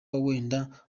wenda